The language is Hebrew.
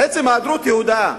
עצם ההיעדרות היא הודאה,